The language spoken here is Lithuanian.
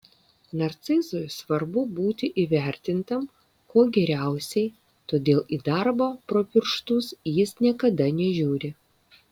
narcizui svarbu būti įvertintam kuo geriausiai todėl į darbą pro pirštus jis niekada nežiūri